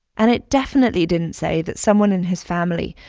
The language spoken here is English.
and it definitely didn't say that someone in his family,